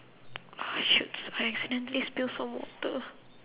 ah shoot I accidentally spill some water